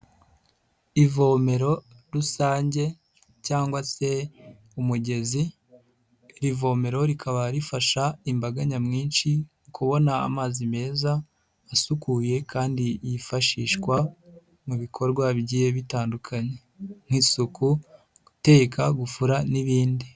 Ivomero rusange cyangwa se umugezi, iri vomero rikaba rifasha imbaga nyamwinshi kubona amazi meza asukuye kandi yifashishwa mu bikorwa bigiye bitandukanye nk'isuku, guteka, gufura n'ibindi.